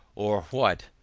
or what,